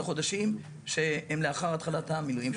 החודשים שהם לאחר התחלת המילואים.